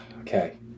okay